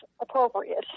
appropriate